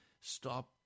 stop